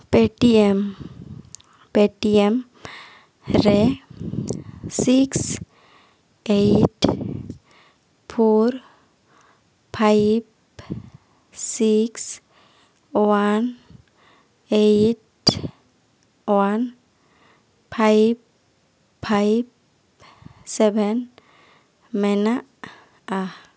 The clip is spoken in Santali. ᱯᱮᱴᱤᱭᱮᱢ ᱯᱮᱴᱤᱭᱮᱢ ᱨᱮ six eight four five six one eight one five five seven ᱢᱮᱱᱟᱜᱼᱟ